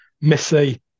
Missy